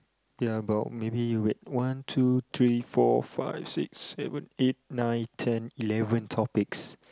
there are about maybe wait one two three four five six seven eight nine ten eleven topics